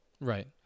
right